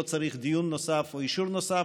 לא צריך דיון נוסף או אישור נוסף,